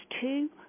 two